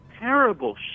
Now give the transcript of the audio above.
terrible